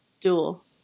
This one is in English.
Dual